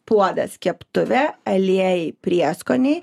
puodas keptuvė aliejai prieskoniai